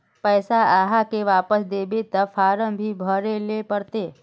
पैसा आहाँ के वापस दबे ते फारम भी भरें ले पड़ते?